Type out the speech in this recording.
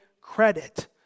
credit